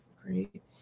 Great